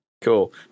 cool